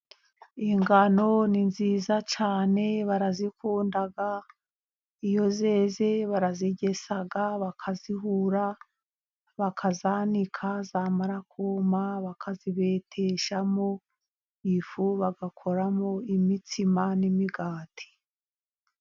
Ingano ni nziza cyane barazikunda, iyo zeze barazigesa, bakazihura, bakazanika, zamara kuma bakazibeteshamo ifu, bagakoramo imitsima n'imigati.